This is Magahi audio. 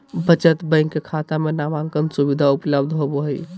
बचत बैंक खाता में नामांकन सुविधा उपलब्ध होबो हइ